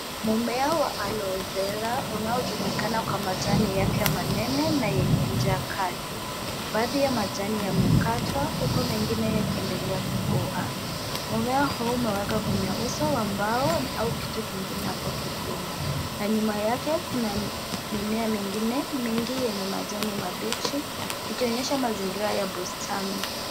Mmea wa aloe vera unaojulikana kwa majani yake manene na yenye ncha kali. Baadhi ya majani yamekatwa, huku mengine yakiendelea kukua. Mmea huu umewekwa kwenye uso wa mbao au kitu kingine hapo kigumu, na nyuma yake kuna mimea mengine mengi yenye majani mabichi, ikionyesha mazingira ya bustani.